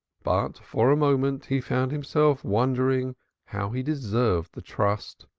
but for a moment he found himself wondering how he deserved the trust,